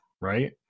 right